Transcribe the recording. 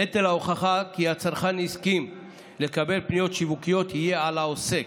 נטל ההוכחה כי הצרכן הסכים לקבלת פניות שיווקיות יהיה על העוסק.